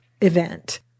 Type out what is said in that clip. event